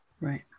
right